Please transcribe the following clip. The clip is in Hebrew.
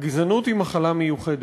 הגזענות היא מחלה מיוחדת.